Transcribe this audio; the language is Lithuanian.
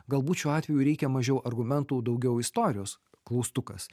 galbūt šiuo atveju reikia mažiau argumentų daugiau istorijos klaustukas